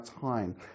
time